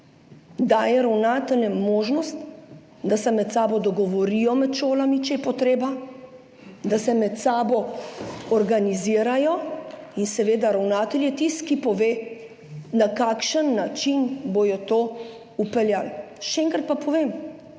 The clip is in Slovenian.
daje ravnateljem možnost, da se med sabo dogovorijo, med šolami, če je potreba, da se med sabo organizirajo. In seveda je ravnatelj tisti, ki pove, na kakšen način bodo to vpeljali. Še enkrat pa povem